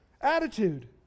attitude